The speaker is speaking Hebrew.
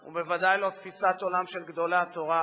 הוא בוודאי לא תפיסת עולם של גדולי התורה,